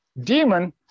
demon